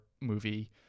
movie